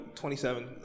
27